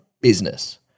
business